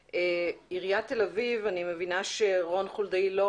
מעיריית תל-אביב אני מבינה שרון חולדאי לא